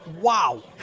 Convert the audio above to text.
Wow